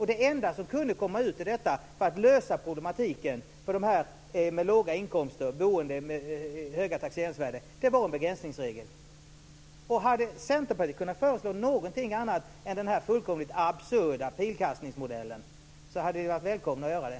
Det enda som kunde lösa problematiken för boende med låga inkomster och höga taxeringsvärden var en begränsningsregel. Hade ni i Centerpartiet kunnat föreslå någonting annat än denna fullkomligt absurda pilkastningsmodell hade ni varit välkomna att göra det.